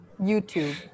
YouTube